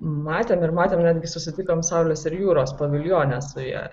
matėm ir matėm netgi susitikom saulės ir jūros paviljone su ja